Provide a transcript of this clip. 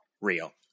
real